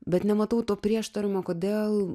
bet nematau to prieštaravimo kodėl